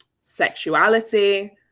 sexuality